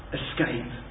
escape